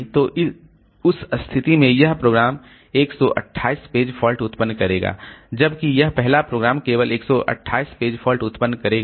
तो उस स्थिति में यह प्रोग्राम 128 पेज फॉल्ट उत्पन्न करेगा जबकि यह पहला प्रोग्राम केवल 128 पेज फॉल्ट उत्पन्न करेगा